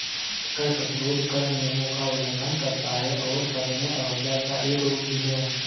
कर प्रतिरोध कर नियमों का उल्लंघन करता है और सविनय अवज्ञा का एक रूप भी है